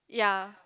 ya